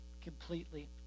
completely